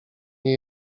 nie